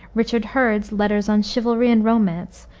richard hurd's letters on chivalry and romance,